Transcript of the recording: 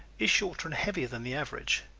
is shorter and heavier than the average.